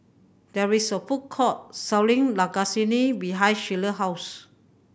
there is a food court selling Lasagne behind Shelia house